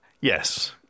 Yes